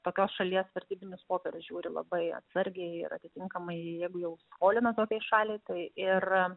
tokios šalies vertybinius popierius žiūri labai atsargiai atitinkamai jeigu jau skolina tokiai šaliai tai ir